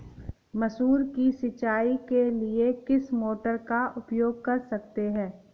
मसूर की सिंचाई के लिए किस मोटर का उपयोग कर सकते हैं?